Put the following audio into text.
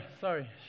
sorry